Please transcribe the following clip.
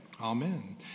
Amen